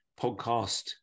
podcast